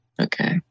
Okay